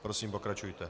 Prosím, pokračujte.